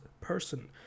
person